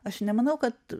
aš nemanau kad